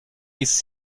ist